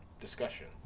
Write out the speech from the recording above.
discussion